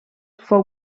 fou